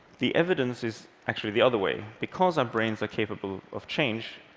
the evidence is actually the other way. because our brains are capable of change,